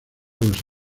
los